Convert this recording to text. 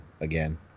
again